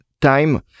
time